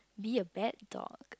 be a bad dog